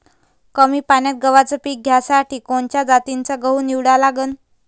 कमी पान्यात गव्हाचं पीक घ्यासाठी कोनच्या जातीचा गहू निवडा लागन?